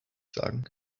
sagen